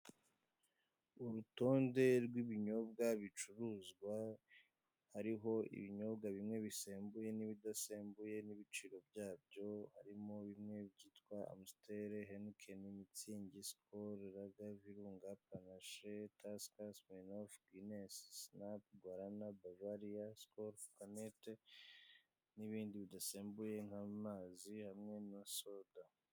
Urutonde rw'ibinyobwa bicuruzwa harimo ibinyobwa bisembuye ni bidasembuye, ibiciro byabo biriho ,harimo amusiteri(Amstel mart),henikeni(Heineken),mutsingi(mitzig),sikoru(skol),lager, Virunga, panashi(panach),tasika(tusker),siminofu(Smirnoff),ginesi(Guinness),sinap(snap),gwarana(guarrana). nibindi bidasembuye harimo amazi ya minero wota (mineral water),soda.